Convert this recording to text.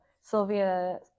Sylvia